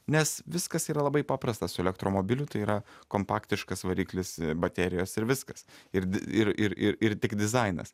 nes viskas yra labai paprasta su elektromobiliu tai yra kompaktiškas variklis baterijos ir viskas ir di ir ir ir tik dizainas